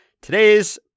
Today's